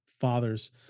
fathers